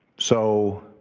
so,